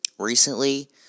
recently